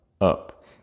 up